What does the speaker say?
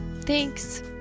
Thanks